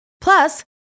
Plus